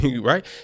right